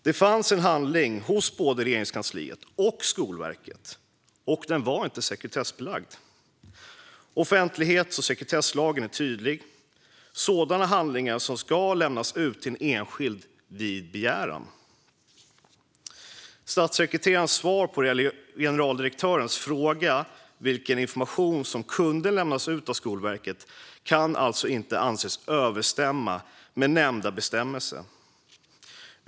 Det fanns en handling hos både Regeringskansliet och Skolverket, och den var inte sekretessbelagd. Offentlighets och sekretesslagen är tydlig: Sådana handlingar ska lämnas ut till en enskild person vid begäran. Statssekreterarens svar på generaldirektörens fråga om vilken information som kunde lämnas ut av Skolverket kan alltså inte anses överensstämma med nämnda bestämmelse.